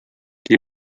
qui